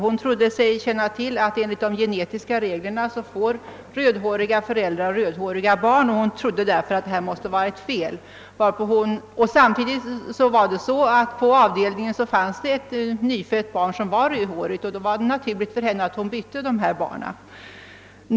Hon trodde sig känna till att enligt genetiska regler får rödhåriga föräldrar också rödhåriga barn. Samtidigt fanns på avdelningen ett nyfött rödhårigt barn, varför hon trodde att ett fel förelåg. Det var då naturligt för henne att byta dessa båda barn.